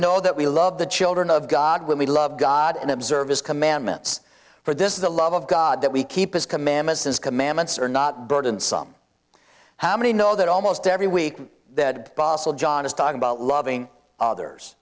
know that we love the children of god when we love god and observe his commandments for this is the love of god that we keep his commandments his commandments are not burdensome how many know that almost every week that basile john is talking about loving others